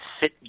Sit